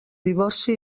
divorci